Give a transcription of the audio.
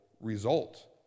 result